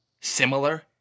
similar